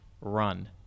run